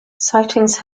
sightings